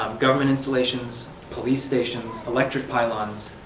um government installations, police stations, electric pylons,